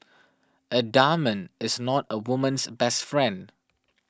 a diamond is not a woman's best friend